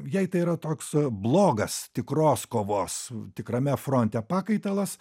jai tai yra toks blogas tikros kovos tikrame fronte pakaitalas